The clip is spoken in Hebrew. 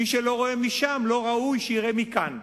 מי שלא רואה משם לא ראוי שיראה מכאן.